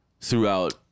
throughout